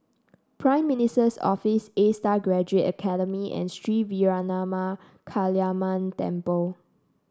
Prime Minister's Office A Star Graduate Academy and Sri Veeramakaliamman Temple